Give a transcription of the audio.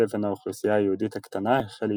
לבין האוכלוסייה היהודית הקטנה החל להתעצם.